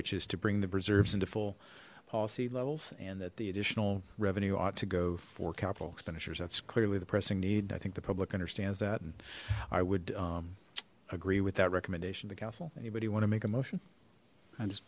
which is to bring the reserves into full policy levels and that the additional revenue ought to go for capital expenditures that's clearly the pressing need i think the public understands that and i would agree with that recommendation to council anybody want to make a motion i'm just